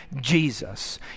Jesus